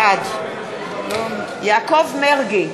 בעד יעקב מרגי,